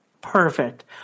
Perfect